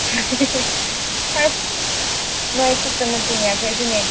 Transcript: ꯍꯩ ꯅꯣꯏꯈꯛꯇ ꯅꯠꯇꯦꯅꯦ ꯑꯩꯈꯣꯏꯁꯨꯅꯤ